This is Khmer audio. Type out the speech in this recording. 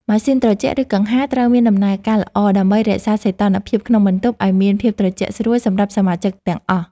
ម៉ាស៊ីនត្រជាក់ ឬកង្ហារ ត្រូវមានដំណើរការល្អ ដើម្បីរក្សាសីតុណ្ហភាពក្នុងបន្ទប់ឱ្យមានភាពត្រជាក់ស្រួលសម្រាប់សមាជិកទាំងអស់។